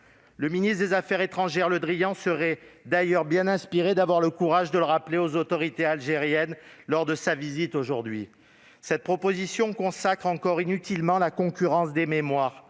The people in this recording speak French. Le ministre des affaires étrangères Le Drian devrait avoir le courage de le rappeler aux autorités algériennes lors de sa visite aujourd'hui ... Cette proposition de loi consacre encore inutilement la concurrence des mémoires,